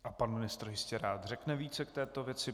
A pan ministr jistě rád řekne více k této věci.